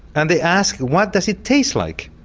and they asked what does it taste like.